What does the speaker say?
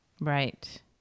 Right